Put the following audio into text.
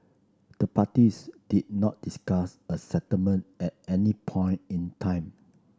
the parties did not discuss a settlement at any point in time